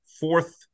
fourth